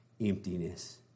Emptiness